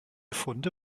funde